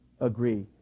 agree